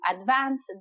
advance